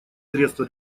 средства